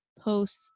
post